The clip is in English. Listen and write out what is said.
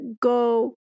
go